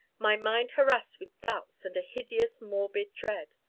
my mind harassed with doubts and a hideous, morbid dread.